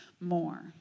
more